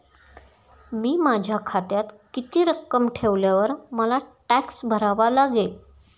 मी माझ्या खात्यात किती रक्कम ठेवल्यावर मला टॅक्स भरावा लागेल?